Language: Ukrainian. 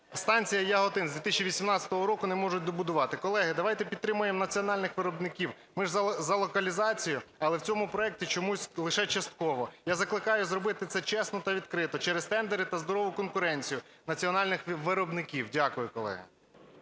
станція Яготин, з 2018 року не можуть добудувати. Колеги, давайте підтримаємо національних виробників. Ми ж за локалізацію, але в цьому проекті чомусь лише частково. Я закликаю зробити це чесно та відкрито через тендери та здорову конкуренцію національних виробників. Дякую, колеги.